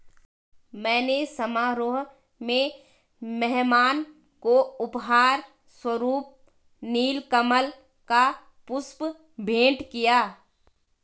मैंने समारोह में मेहमान को उपहार स्वरुप नील कमल का पुष्प भेंट किया